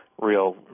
real